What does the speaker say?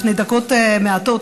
לפני דקות מעטות,